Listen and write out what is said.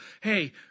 Hey